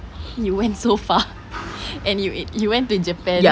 you went so far and you ate you went to japan